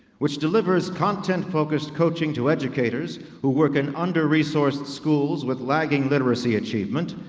which delivers content focused coaching to educators, who work in under resourced schools, with lagging literacy achievement,